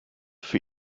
für